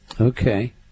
Okay